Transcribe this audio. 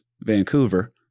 Vancouver